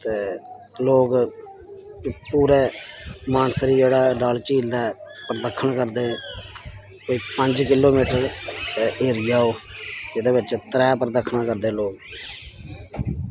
ते लोग पूरे मानसर जेह्ड़ा डल झील ऐ परदक्खन करदे कोई पंज किलो मीटर एरिया ओह् एह्दे बिच्च त्रै परदक्खना करदे लोग